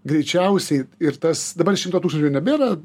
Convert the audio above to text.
greičiausiai ir tas dabar šimto tūkstančių nebėra